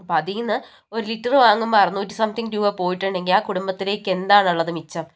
അപ്പം അതിൽ നിന്ന് ഒരു ലിറ്ററ് വങ്ങുമ്പം അറുന്നൂറ്റി സംതിങ് രൂപ പോയിട്ടുണ്ടെങ്കില് ആ കുടുംബത്തിലേക്ക് എന്താണുള്ളത് മിച്ചം